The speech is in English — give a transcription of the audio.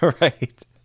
Right